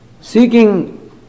seeking